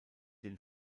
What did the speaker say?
den